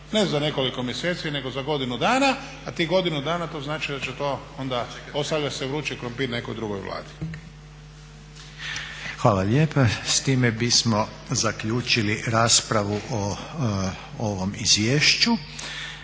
ne za nekoliko mjeseci, nego za godinu dana, a tih godinu dana to znači da će to onda, ostavlja se vrući krumpir nekoj drugoj Vladi. **Reiner, Željko (HDZ)** Hvala lijepa. S time bismo zaključili raspravu o ovom izvješću